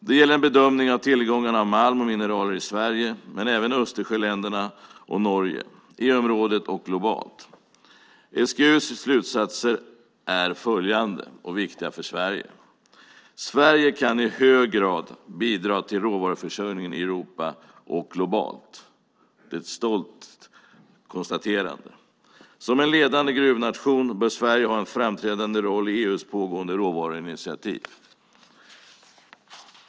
Det gäller en bedömning av tillgångarna av malm och mineraler i Sverige men även i Östersjöländerna, i Norge, i EU-området och globalt. SGU:s slutsatser är följande och viktiga för Sverige. 1. Sverige kan i hög grad bidra till råvaruförsörjningen i Europa och globalt. Det är ett stolt konstaterande. 2. Som en ledande gruvnation bör Sverige ha en framträdande roll i EU:s pågående råvaruinitiativ.